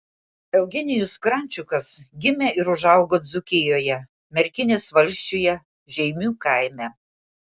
eugenijus krančiukas gimė ir užaugo dzūkijoje merkinės valsčiuje žeimių kaime